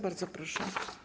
Bardzo proszę.